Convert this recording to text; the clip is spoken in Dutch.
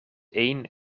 één